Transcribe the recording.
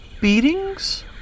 Beatings